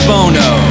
Bono